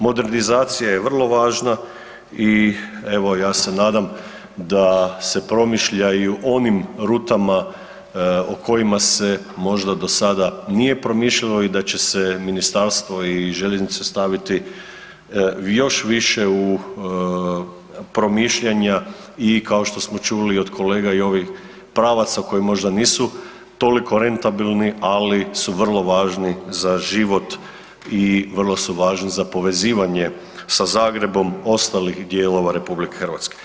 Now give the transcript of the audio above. Modernizacija je vrlo važna i evo ja se nadam da se promišlja i o onim rutama o kojima se možda do sada nije promišljalo i da će se ministarstvo i željeznice staviti još više u promišljanja i kao što smo čuli od kolega i ovih pravaca koji možda nisu toliko rentabilni, ali su vrlo važni za život i vrlo su važni za povezivanje sa Zagrebom ostalih dijelova RH.